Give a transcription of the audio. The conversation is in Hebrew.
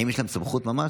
האם יש להם סמכות מעצר?